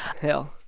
Hell